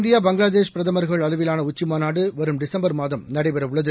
India Bangladesh பிரதமர்கள் அளவிலான உச்சி மாநாடு வருகிற டிசம்பர் மாதம் நடைபெற உள்ளது